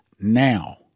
now